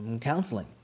counseling